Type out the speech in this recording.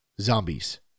zombies